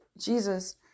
Jesus